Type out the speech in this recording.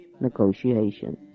negotiation